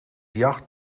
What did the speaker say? jacht